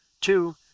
two